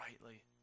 brightly